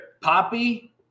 Poppy